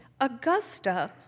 Augusta